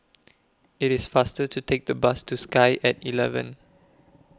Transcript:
IT IS faster to Take The Bus to Sky At eleven